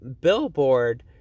billboard